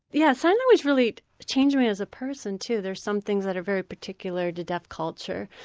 yeah, sign language really changed me as a person too. there are some things that are very particular to deaf culture,